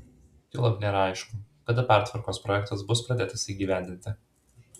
juolab nėra aišku kada pertvarkos projektas bus pradėtas įgyvendinti